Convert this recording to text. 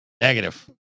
Negative